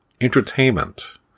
entertainment